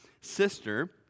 sister